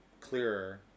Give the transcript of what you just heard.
clearer